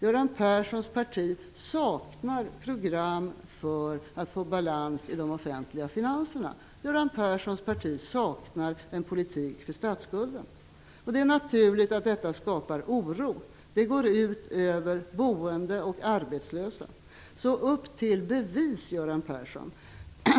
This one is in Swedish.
Göran Perssons parti saknar program för att få balans i de offentliga finanserna. Göran Perssons parti saknar en politik för att komma till rätta med statsskulden. Det är naturligt att detta skapar oro. Det går ut över boendet och de arbetslösa. Så upp till bevis, Göran Persson!